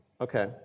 okay